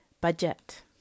budget